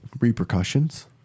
repercussions